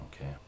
okay